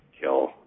kill